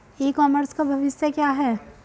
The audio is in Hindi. ई कॉमर्स का भविष्य क्या है?